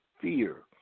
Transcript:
fear